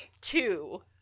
two